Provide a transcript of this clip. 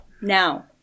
now